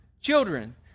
children